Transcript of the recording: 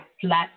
flat